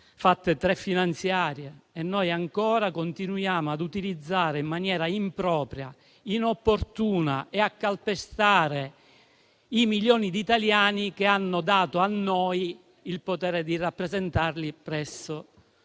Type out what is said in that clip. già realizzate, ancora continuiamo a lavorare in maniera impropria, inopportuna, calpestando i milioni di italiani che hanno dato a noi il potere di rappresentarli presso